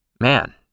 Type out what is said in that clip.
man